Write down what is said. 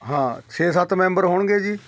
ਹਾਂ ਛੇ ਸੱਤ ਮੈਂਬਰ ਹੋਣਗੇ ਜੀ